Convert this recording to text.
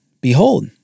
Behold